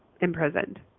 imprisoned